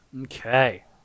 Okay